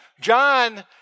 John